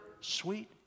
sweet